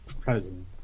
president